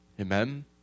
Amen